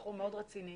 בחור מאוד רציני,